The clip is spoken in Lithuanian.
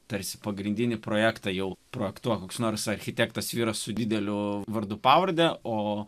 tarsi pagrindinį projektą jau projekto koks nors architektas vyras su dideliu vardu pavarde o